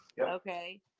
okay